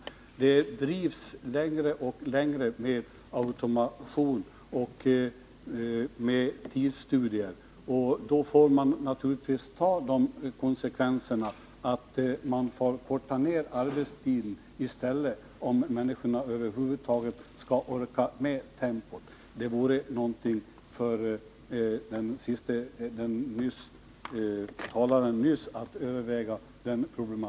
Men när detta drivs hårdare och hårdare med automation och tidsstudier får man naturligtvis ta konsekvenserna och korta ned arbetstiden om människorna över huvud taget skall orka med tempot. Den problematiken vore någonting för den föregående talaren att överväga.